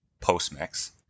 post-mix